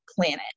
planet